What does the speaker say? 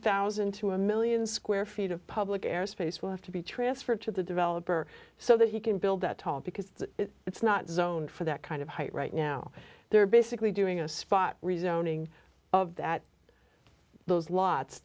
thousand to a million square feet of public airspace will have to be transferred to the developer so that he can build that tall because it's not zoned for that kind of height right now they're basically doing a spot rezoning of that those lots